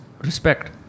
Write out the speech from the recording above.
respect